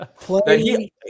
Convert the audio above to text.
play